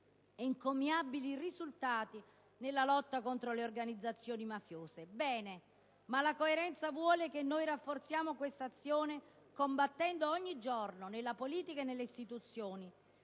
encomiabili risultati nella lotta contro le organizzazioni mafiose. Bene, ma la coerenza vuole che rafforziamo questa azione combattendo ogni giorno nella politica e nelle istituzioni